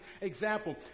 example